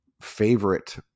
favorite